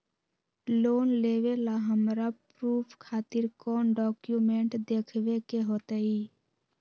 Loan लेबे ला हमरा प्रूफ खातिर कौन डॉक्यूमेंट देखबे के होतई?